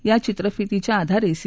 या चित्रफितीच्या आधारे सी